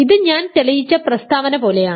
ഇത് ഞാൻ തെളിയിച്ച പ്രസ്താവന പോലെയാണ്